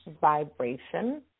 vibration